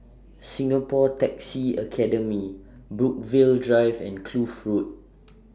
Singapore Taxi Academy Brookvale Drive and Kloof Road